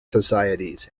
societies